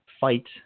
fight